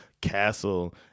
castle